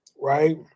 right